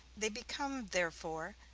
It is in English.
they become, therefore,